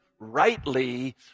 rightly